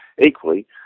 Equally